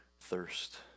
thirst